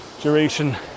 duration